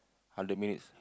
hundred minutes